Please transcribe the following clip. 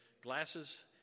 Glasses